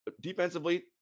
defensively